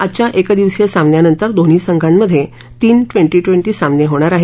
आजच्या एकदिवसीय सामन्यानंतर दोन्ही संघांमधे तीन ट्वेंटी ट्वेंटी सामने होणार आहेत